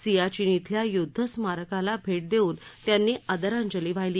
सीयाचीन इथल्या युद्ध स्मारकाला भेट देऊन त्यांनी आदरांजली वाहिली